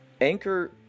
Anchor